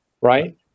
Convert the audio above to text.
right